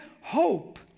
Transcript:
hope